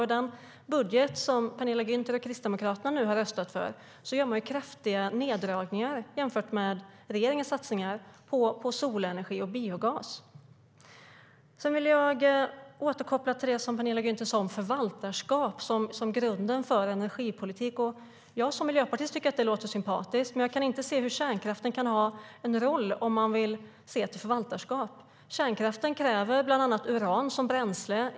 I den budget som Penilla Gunther och Kristdemokraterna nu har röstat för gör man kraftiga neddragningar jämfört med regeringens satsningar på solenergi och biogas. Kärnkraften kräver bland annat uran som bränsle.